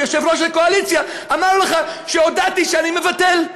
ויושב-ראש הקואליציה אמר לך שהודעתי לך שאני מבטל.